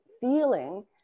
feeling